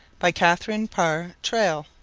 by catharine parr traill